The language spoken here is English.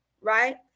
Right